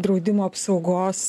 draudimo apsaugos